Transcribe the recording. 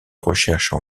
recherches